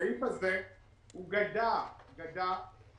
הסעיף הזה גדע את